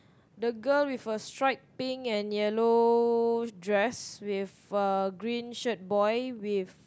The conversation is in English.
the girl with a striped pink and yellow dress with a green shirt boy with